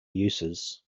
uses